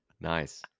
Nice